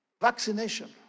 vaccination